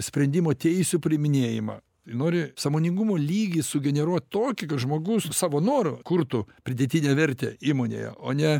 sprendimo teisių priiminėjimą nori sąmoningumo lygį sugeneruot tokį kad žmogus savo noru kurtų pridėtinę vertę įmonėje o ne